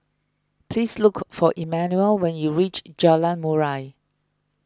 please look for Emanuel when you reach Jalan Murai